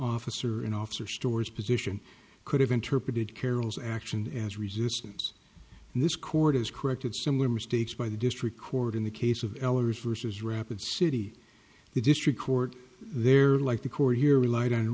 officer or an officer stores position could have interpreted carol's action as resistance and this court has corrected similar mistakes by the district court in the case of ehlers vs rapid city the district court there like the court here relied on